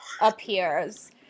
appears